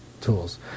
tools